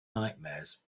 nightmares